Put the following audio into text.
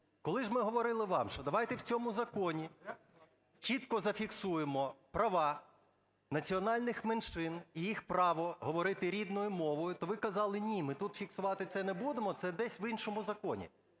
Коли ж ми говорили вам, що давайте в цьому законі чітко зафіксуємо права національних меншин і їх право говорити рідною мовою, то ви казали: ні, ми тут фіксувати це не будемо, це десь в іншому законі.